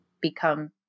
become